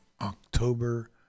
October